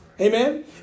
Amen